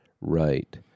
right